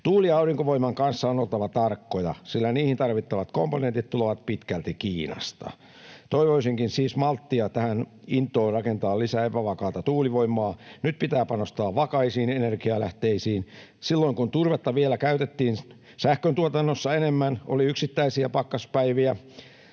Tuuli- ja aurinkovoiman kanssa on oltava tarkkana, sillä niihin tarvittavat komponentit tulevat pitkälti Kiinasta. Toivoisinkin siis malttia tähän intoon rakentaa lisää epävakaata tuulivoimaa. Nyt pitää panostaa vakaisiin energianlähteisiin. Silloin, kun turvetta vielä käytettiin sähköntuotannossa enemmän, oli yksittäisiä pakkaspäiviä,